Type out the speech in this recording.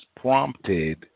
prompted